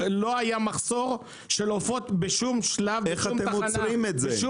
לא היה מחסור של עופות בשום שלב ובשום מקום.